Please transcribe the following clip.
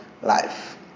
life